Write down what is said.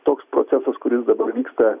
toks procesas kuris dabar vyksta